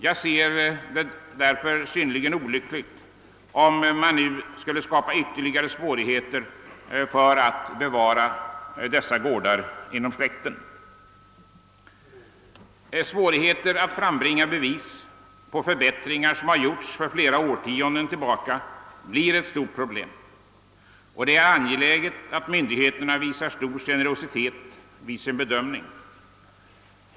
Jag ser det därför som synnerligen olyckligt, om man nu skulle skapa ytterligare svårigheter när det gäller att bevara dessa gårdar inom släkten. Svårigheter att frambringa bevis på förbättringar som har gjorts för flera årtionden sedan blir ett stort problem. Det är därför av vikt att myndigheterna visar stor generositet vid sin bedömning.